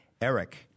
Eric